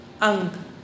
ang